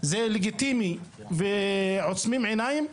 זה לגיטימי ועוצמים עיניים,